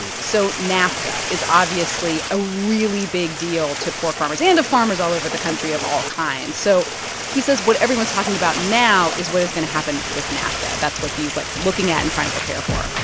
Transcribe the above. so nafta is obviously a really big deal to pork farmers and to farmers all over the country of all kinds. so he says what everyone's talking about now is what is going to happen with nafta. that's what he's, like, looking at and trying to prepare for